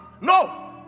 No